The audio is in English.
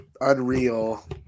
unreal